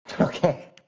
Okay